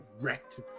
wrecked